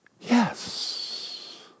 yes